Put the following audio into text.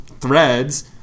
threads